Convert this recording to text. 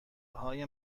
های